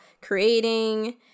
creating